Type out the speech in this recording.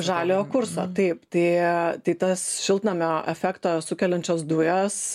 žaliojo kurso taip tie tai tas šiltnamio efektą sukeliančios dujos